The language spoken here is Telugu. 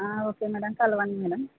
ఓకే మేడం కలవండి మేడం